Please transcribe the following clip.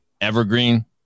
evergreen